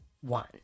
one